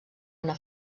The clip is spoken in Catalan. una